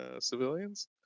civilians